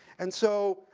and so,